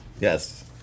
yes